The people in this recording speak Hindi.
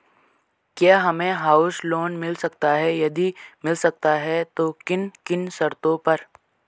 क्या हमें हाउस लोन मिल सकता है यदि मिल सकता है तो किन किन शर्तों पर?